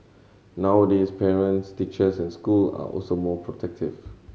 nowadays parents teachers and school are also more protective